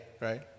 right